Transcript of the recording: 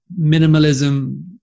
Minimalism